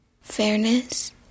Fairness